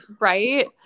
Right